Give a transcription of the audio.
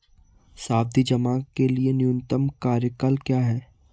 सावधि जमा के लिए न्यूनतम कार्यकाल क्या है?